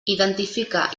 identifica